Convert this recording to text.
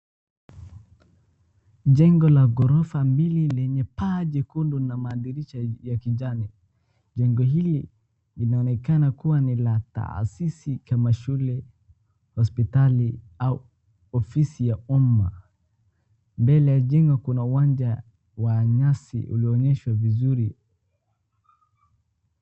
Jengo la ghorofa mbili lenye paa jekundu na madirisha ya kijani, jengo hili linaonekana kuwa ni la taasisi kama shule, hospitali au ofisi ya umma. Mbele ya jengo kuna uwanja wa nyasi ulioonyeshwa vizuri.